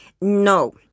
No